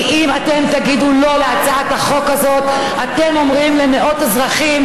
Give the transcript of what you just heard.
כי אם אתם תגידו לא להצעת החוק הזאת אתם אומרים למאות אזרחים: